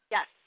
Yes